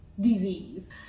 disease